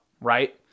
right